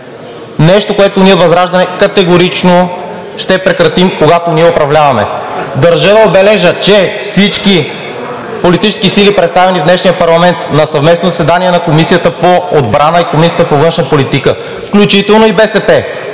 нещо, което от ВЪЗРАЖДАНЕ категорично ще прекратим, когато ние управляваме. Държа да отбележа, че всички политически сили, представени в днешния парламент, на съвместно заседание на Комисията по отбрана и Комисията по външна политика, включително и БСП,